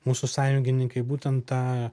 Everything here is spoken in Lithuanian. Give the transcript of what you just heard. mūsų sąjungininkai būtent tą